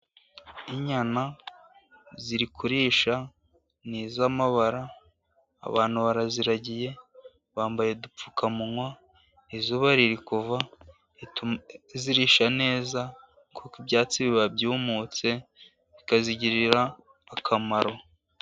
Inyana ziri kurisha, ni iz'amabara abantu baraziragiye, bambaye udupfukamunywa ,Izuba riri kuva rituma zirisha neza kuko ibyatsi biba byumutse bikazigirira akamaro.